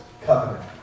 Covenant